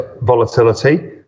volatility